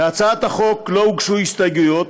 להצעת החוק לא הוגשו הסתייגויות,